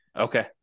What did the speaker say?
Okay